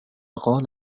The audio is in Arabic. قال